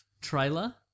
trailer